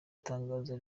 tangazo